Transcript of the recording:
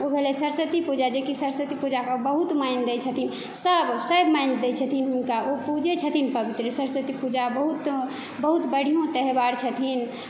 ओ भेलै सरस्वती पूजा जे कि सरस्वती पूजाके बहुत मानि दै छथिन सब सब मानि दै छथिन हुनका ओ पूजे छथिन पवित्र सरस्वती पूजा बहुत बहुत बढ़ियौँ त्यौहार छथिन